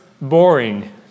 boring